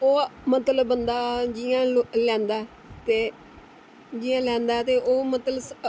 ते मतलब होंदा ऐ जियां कि एह्आं दा ऐ जियां लैंदा कि एह् मतलब